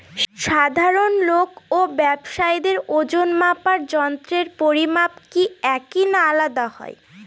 সাধারণ লোক ও ব্যাবসায়ীদের ওজনমাপার যন্ত্রের পরিমাপ কি একই না আলাদা হয়?